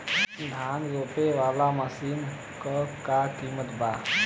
धान रोपे वाली मशीन क का कीमत बा?